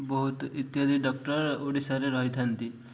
ବହୁତ ଇତ୍ୟାଦି ଡକ୍ଟର ଓଡ଼ିଶାରେ ରହିଥାନ୍ତି